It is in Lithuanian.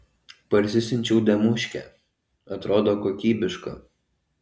parsisiunčiau demuškę atrodo kokybiška